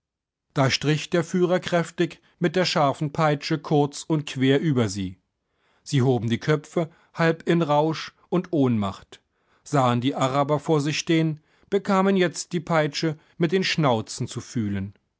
da strich der führer kräftig mit der scharfen peitsche kreuz und quer über sie sie hoben die köpfe halb in rausch und ohnmacht sahen die araber vor sich stehen bekamen jetzt die peitsche mit den schnauzen zu fühlen